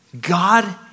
God